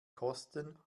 kosten